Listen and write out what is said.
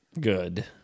Good